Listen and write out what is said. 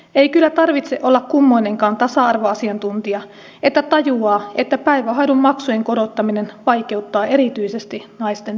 ei kyllä tarvitse olla kummoinenkaan tasa arvoasiantuntija että tajuaa että päivähoidon maksujen korottaminen vaikeuttaa erityisesti naisten työssäkäyntiä